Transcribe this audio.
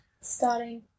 starting